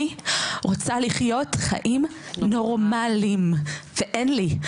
אני רוצה לחיות חיים נורמליים ואין לי.